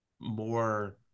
more